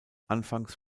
anfangs